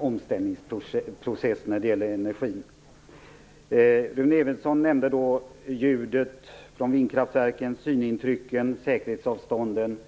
omställningsprocess när det gäller energin. Rune Evensson nämnde ljudet från vindkraftverken, synintrycken och säkerhetsavståndet.